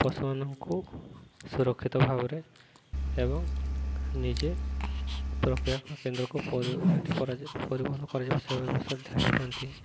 ପଶୁମାନଙ୍କୁ ସୁରକ୍ଷିତ ଭାବରେ ଏବଂ ନିଜେ ପ୍ରକ୍ରିୟାକରଣ କେନ୍ଦ୍ରକୁ ପରିବହନ କରାଯାଉ ସେ ବିଷୟରେ ଧ୍ୟାନ ଦିଅନ୍ତି